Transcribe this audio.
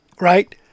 right